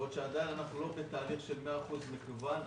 בעוד שעדיין אנחנו לא בתהליך של מאה אחוז מקוון,